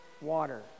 water